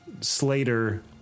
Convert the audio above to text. Slater